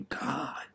God